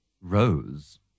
Rose